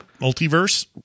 multiverse